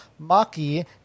Maki